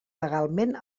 legalment